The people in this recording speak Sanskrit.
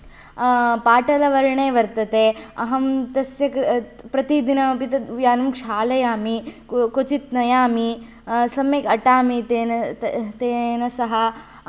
पाटलवर्णे वर्तते अहं तस्य कृ प्रतिदिनमपि तत् यानं क्षालयामि क्वचित् नयामि सम्यक् अटामि तेन तत् तेन सह